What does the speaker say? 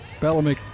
Bellamy